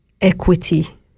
equity